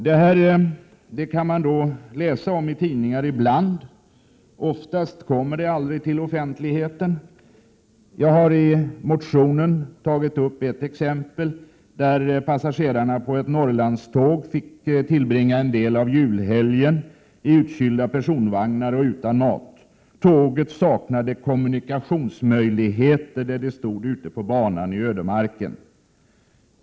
Det kan man läsa om i tidningarna ibland, men oftast kommer händelserna inte till offentligheten. Jag har i motionen tagit upp ett exempel där passagerarna på ett Norrlandståg fick tillbringa en del av julhelgen i utkylda personvagnar och utan mat — tåget saknade kommunikationsmöjlighet där det stod ute på banan i ödemarken.